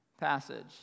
passage